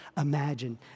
imagine